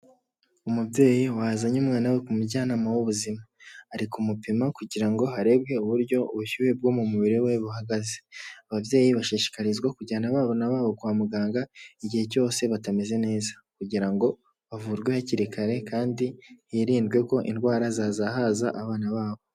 Umubyeyi wazanye umwana we ku mujyanama w'ubuzima, ari kumupima kugira ngo harebwe uburyo ubushyuhe bwo mu mubiri we buhagaze. Ababyeyi bashishikarizwa kujyana abana babo kwa muganga igihe cyose batameze neza, kugira ngo bavurwe hakiri kare kandi hirindwe ko indwara zazahaza abana babo.